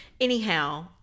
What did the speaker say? anyhow